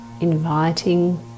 inviting